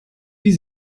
wie